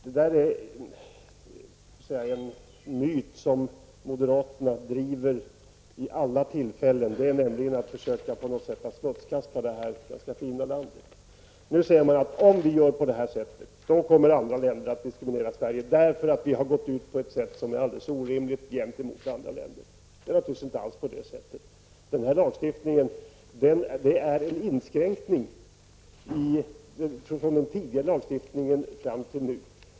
Detta är en myt som moderaterna vid alla tillfällen framför i ett försök att på något sätt smutskasta detta mycket fina land. Moderaterna säger att andra länder kommer att diskriminera Sverige om vi gör på detta sätt, därför att vi har gått ut på ett orimligt sätt gentemot andra länder. Så är det naturligtvis inte alls. Denna lagstiftning är en inskränkning jämfört med den tidigare lagstiftningen.